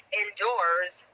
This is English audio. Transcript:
indoors